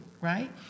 right